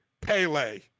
Pele